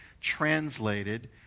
translated